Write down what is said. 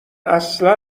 اصلا